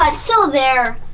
um still there.